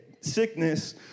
sickness